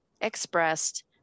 expressed